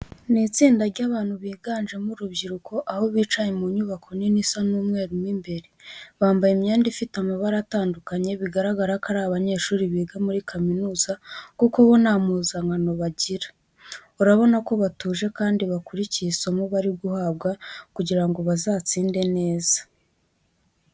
Ni itsinda ry'abantu biganjemo urubyiruko, aho bicaye mu nyubako nini isa umweru mo imbere. Bambaye imyenda ifite amabara atandukanye, bigaragara ko ari abanyeshuri biga muri kaminuza kuko bo nta mpuzankano bagira. Urabona ko batuje kandi bakurikiye isomo bari guhabwa kugira ngo bazatsinde neza.